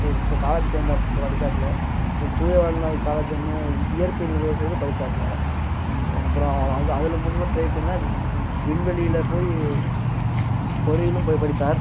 ஒரு காலேஜ் சேர்ந்து படிச்சாப்புல தூய காலேஜ் ஒன்று இயற்பியல் படிச்சாப்புல அப்புறம் அது அதில் மூலிமா ட்ரை பண்ணி தான் வ் விண்வெளியில் போய் பொறியியலும் போய் படித்தார்